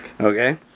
Okay